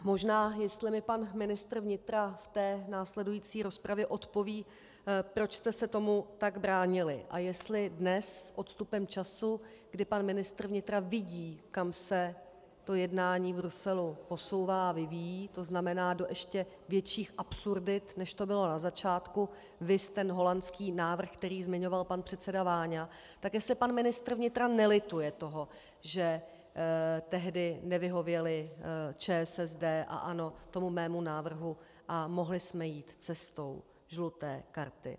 Možná jestli mi pan ministr vnitra v té následující rozpravě odpoví, proč jste se tomu tak bránili a jestli dnes, s odstupem času, kdy pan ministr vnitra vidí, kam se to jednání Bruselu posouvá a vyvíjí, to znamená, do ještě větších absurdit, než to bylo na začátku, viz ten holandský návrh, který zmiňoval pan předseda Váňa, tak jestli pan ministr vnitra nelituje toho, že tehdy nevyhověly ČSSD a ANO tomu mému návrhu, a mohli jsme jít cestou žluté karty.